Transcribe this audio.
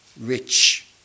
rich